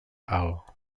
alt